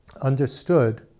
understood